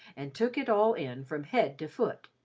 and took it all in from head to foot.